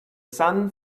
sun